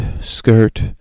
skirt